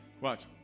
Watch